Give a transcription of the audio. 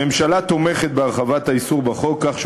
הממשלה תומכת בהרחבת האיסור בחוק כך שהוא